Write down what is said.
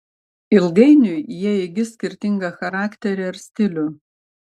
ilgainiui jie įgis skirtingą charakterį ar stilių